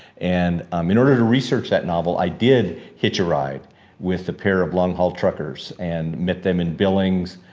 and um in order to research that novel, i did hitch a ride with a pair of long haul truckers and met them in billings,